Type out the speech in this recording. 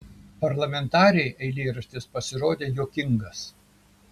parlamentarei eilėraštis pasirodė juokingas